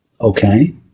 okay